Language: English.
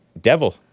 devil